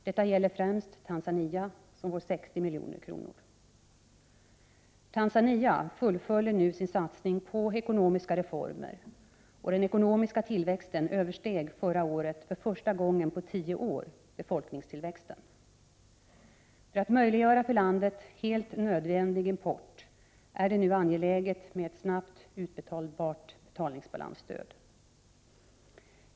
Detta gäller främst Tanzania, som får 60 milj.kr. Tanzania fullföljer nu sin satsning på ekonomiska reformer, och den ekonomiska tillväxten översteg förra året för första gången på tio år befolkningstillväxten. För att möjliggöra för landet helt nödvändig import är det nu angeläget med snabbt utbetalbart betalningsbalansstöd.